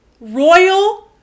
royal